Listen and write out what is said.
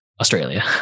Australia